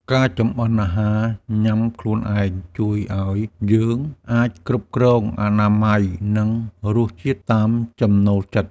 ការចម្អិនអាហារញ៉ាំខ្លួនឯង ជួយឱ្យយើងអាចគ្រប់គ្រងអនាម័យ និងរសជាតិតាមចំណូលចិត្ត។